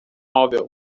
móvel